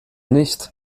nicht